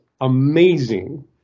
amazing